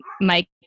Mike